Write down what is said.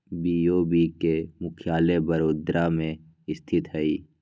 BOB के मुख्यालय बड़ोदरा में स्थित हइ